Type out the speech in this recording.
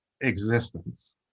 existence